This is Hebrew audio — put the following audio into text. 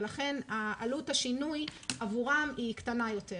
ולכן עלות השינוי עבורם היא קטנה יותר.